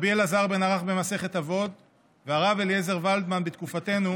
ורבי אלעזר בן ערך במסכת אבות והרב אליעזר ולדמן בתקופתנו